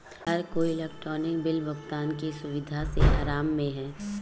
हर कोई electronic bill भुगतान की सुविधा से आराम में है